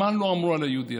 מה לא אמרו על היהודי הזה.